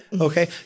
okay